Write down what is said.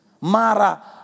Mara